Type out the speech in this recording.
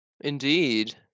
Indeed